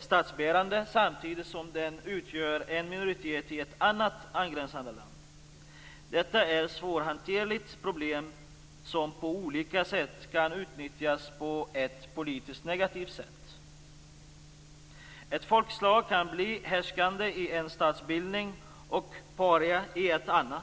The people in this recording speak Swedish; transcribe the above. statsbärande, samtidigt som den utgör en minoritet i ett angränsande land. Detta är ett svårhanterligt problem som på olika sätt kan utnyttjas på ett politiskt negativt sätt. Ett folkslag kan bli härskande i en statsbildning och paria i ett annat.